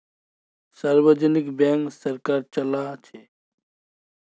सार्वजनिक बैंक सरकार चलाछे